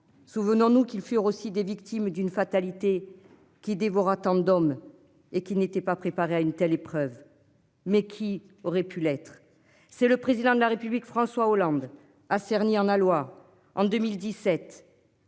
Souvenons-nous qu'ils furent aussi des victimes d'une fatalité. Qui dévore attendent d'hommes et qui n'étaient pas préparés à une telle épreuve. Mais qui aurait pu l'être. C'est le président de la République François Hollande à Cerny en aloi en 2017.